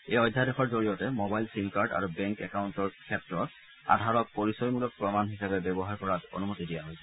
এই অধ্যাদেশৰ জৰিয়তে মবাইল ছিম কাৰ্ড আৰু বেংক একাউণ্টৰ ক্ষেত্ৰত আধাৰক পৰিচয়মূলক প্ৰমাণ হিচাপে ব্যৱহাৰ কৰাত অনুমতি দিয়া হৈছে